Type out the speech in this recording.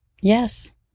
Yes